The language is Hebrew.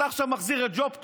אתה עכשיו מחזיר את ג'וב טוב,